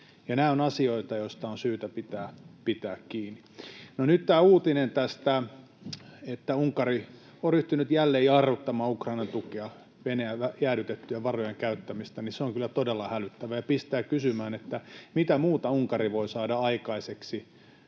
Nämä ovat asioita, joista on syytä pitää kiinni. No, nyt tämä uutinen tästä, että Unkari on ryhtynyt jälleen jarruttamaan Ukrainan tukea, Venäjän jäädytettyjen varojen käyttämistä, on kyllä todella hälyttävä ja pistää kysymään, mitä muuta Unkari voi saada aikaiseksi,